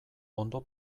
ondo